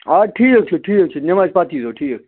آ ٹھیٖک چھُ ٹھیٖک چھُ نٮ۪مازِ پتہٕ ییٖزیٚو ٹھیٖک چھُ